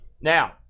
Now